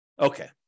Okay